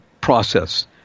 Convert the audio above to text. process